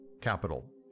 capital